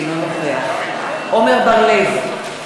אינו נוכח עמר בר-לב,